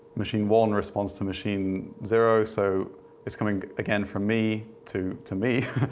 machine one responds to machine zero, so it's coming again from me. to to me.